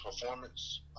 performance